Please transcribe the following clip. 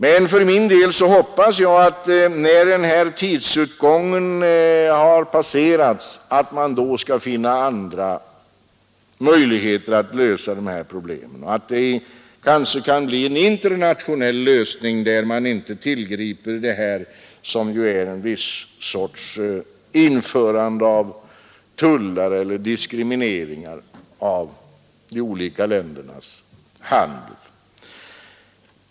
Men för min del hoppas jag att när tidsutgången passerats man då skall finna andra möjligheter att lösa dessa problem, att det kanske kan bli en internationell lösning där man inte tillgriper detta, som är en viss sorts införande av tullar eller diskrimineringar av de olika ländernas handel.